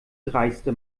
dreiste